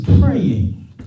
praying